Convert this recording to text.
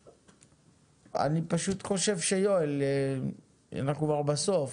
אני פשוט חושב שיואל, אנחנו כבר בסוף.